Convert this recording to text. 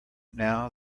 now